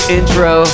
intro